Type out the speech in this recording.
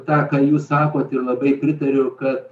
tą ką jūs sakot ir labai pritariu kad